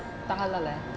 tak halal eh